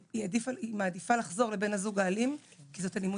שהיא מעדיפה לחזור לבן הזוג האלים כי זאת אלימות